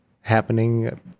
happening